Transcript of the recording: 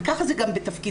וכך זה גם בתפקידים.